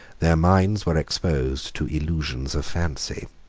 their minds were exposed to illusions of fancy.